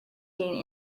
gain